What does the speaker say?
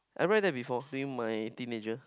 I read that before during my teenager